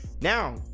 now